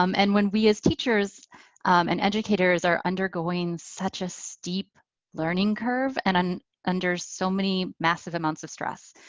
um and when we as teachers and educators are undergoing such a steep learning curve and are and under so many massive amounts of stress.